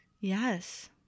Yes